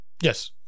Yes